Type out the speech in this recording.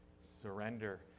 surrender